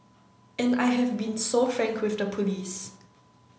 and I have been so frank with the police